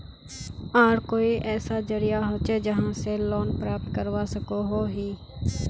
आर कोई ऐसा जरिया होचे जहा से लोन प्राप्त करवा सकोहो ही?